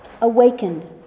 awakened